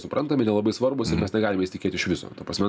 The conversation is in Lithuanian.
suprantami nelabai svarbūs ir mes negalime jais tikėt iš viso ta prasme